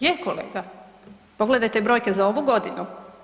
Je kolega, pogledajte brojke za ovu godinu.